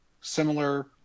similar